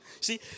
See